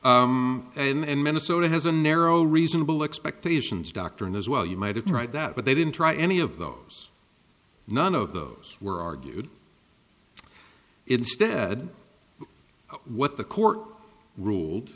in and minnesota has a narrow reasonable expectations doctrine as well you might have tried that but they didn't try any of those none of those were argued instead of what the court ruled